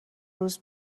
روز